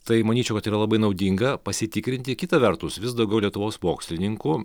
tai manyčiau kad yra labai naudinga pasitikrinti kita vertus vis daugiau lietuvos mokslininkų